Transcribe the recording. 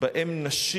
שבהן נשים